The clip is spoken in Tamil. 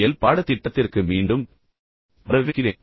எல் பாடத்திட்டத்திற்கு மீண்டும் வரவேற்கிறேன்